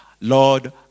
Lord